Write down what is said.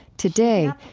today,